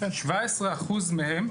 17% מהם,